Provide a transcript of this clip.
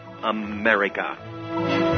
America